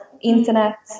Internet